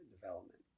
development